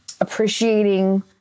appreciating